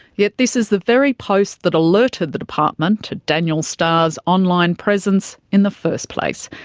yet this is the very post that alerted the department to daniel starr's online presence in the first place.